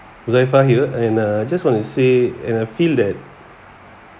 huzaifal here and uh just want to say and I feel that